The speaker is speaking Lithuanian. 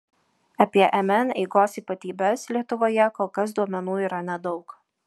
apie mn eigos ypatybes lietuvoje kol kas duomenų yra nedaug